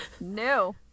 no